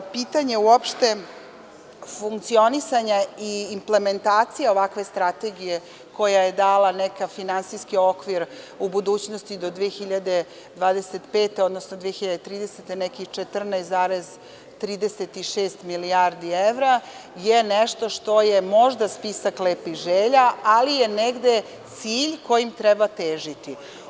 Pitanje uopšte funkcionisanja i implementacije ovakve strategije, koja je dala neki finansijski okvir u budućnosti do 2025. godine, odnosno 2030. godine, nekih 14,36 milijardi evra, je nešto što je možda spisak lepih želja, ali je negde cilj kojem treba težiti.